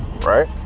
right